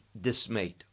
dismayed